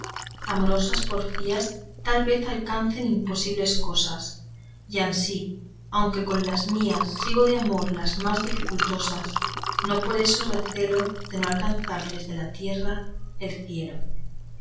amorosas porfías tal vez alcanzan imposibles cosas y ansí aunque con las mías sigo de amor las más dificultosas no por eso recelo de no alcanzar desde la tierra el cielo